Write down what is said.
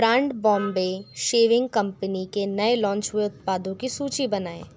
brand Bombay shaving company के नए launch हुए उत्पादों कि सूची बनाएँ